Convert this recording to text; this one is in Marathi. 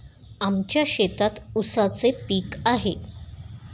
आमच्या शेतात ऊसाचे पीक आहे